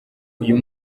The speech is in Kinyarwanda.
uyu